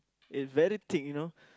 is very thick you know